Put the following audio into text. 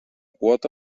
quota